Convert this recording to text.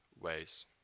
ways